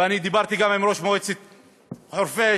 ודיברתי גם עם ראש מועצת חורפיש,